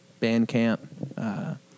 Bandcamp